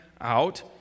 out